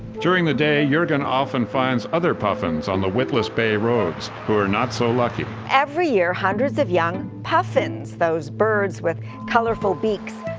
during the day juergen often finds other puffins on the witless bay roads who are not so lucky. every year hundreds of young puffins, those birds with colorful beaks,